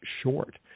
short